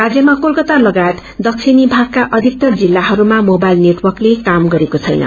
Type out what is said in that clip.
राज्यमाकोलकत्तालगायतदक्षिणी भागकाअधिकतरजिल्लाहरूमामोबाइलनेटवर्कलेकामगरेकोछैन